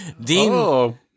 Dean